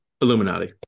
Illuminati